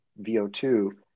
VO2